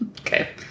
Okay